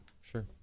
sure